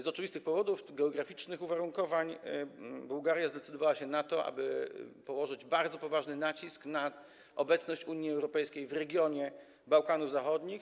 Z oczywistych powodów, tj. geograficznych uwarunkowań, Bułgaria zdecydowała się na to, aby położyć bardzo poważny nacisk na obecność Unii Europejskiej w regionie Bałkanów Zachodnich.